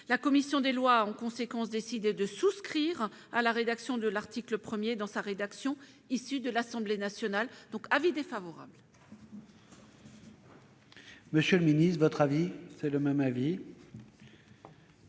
La commission des lois a, en conséquence, décidé de souscrire à la rédaction de l'article 1 dans sa rédaction issue de l'Assemblée nationale. Elle émet un avis défavorable